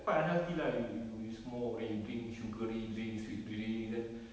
quite unhealthy lah yo~ yo~ you smoke then you drink sugary drinks sweet drinks then